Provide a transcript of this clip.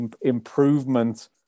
improvement